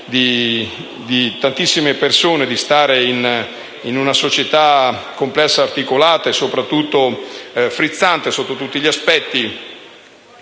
per tantissime persone dello stare in una società complessa, articolata e soprattutto frizzante sotto tutti gli aspetti.